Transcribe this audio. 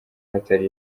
hatari